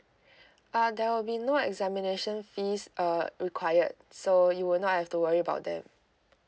uh there will be no examination fees uh required so you will not have to worry about them